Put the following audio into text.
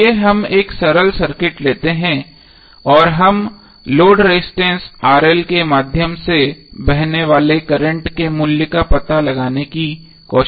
आइए हम एक सरल सर्किट लेते हैं और हम लोड रजिस्टेंस के माध्यम से बहने वाले करंट के मूल्य का पता लगाने की कोशिश करेंगे